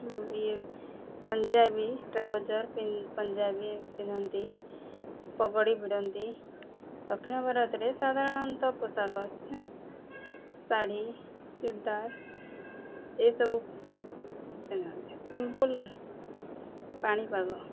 ଇଏ ପଞ୍ଜାବୀ ଟ୍ରାଉଜର୍ ପଞ୍ଜାବୀ ପିନ୍ଧନ୍ତି ପଗଡ଼ି ଭିଡ଼ନ୍ତି ଦକ୍ଷିଣ ଭାରତରେ ସାଧାରଣତଃ ପୋଷାକ ଶାଢ଼ୀ ଚୁର୍ଦାର୍ ଏସବୁ ପିନ୍ଧନ୍ତି ସିମ୍ପୁଲ୍ ପାଣିପାଗ